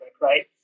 right